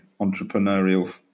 entrepreneurial